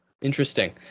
Interesting